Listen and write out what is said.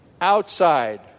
Outside